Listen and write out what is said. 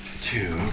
Two